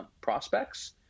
prospects